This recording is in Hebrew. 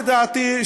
לדעתי,